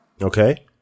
Okay